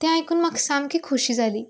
तें आयकून म्हाका सामकी खुशी जाली